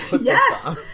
Yes